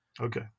okay